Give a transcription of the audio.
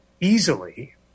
easily